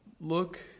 look